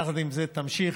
יחד עם זה, תמשיך.